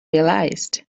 realized